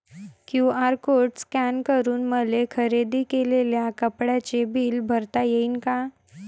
QR code scan करून मले खरेदी केलेल्या कापडाचे बिल भरता यीन का?